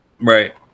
right